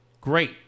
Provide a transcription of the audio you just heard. Great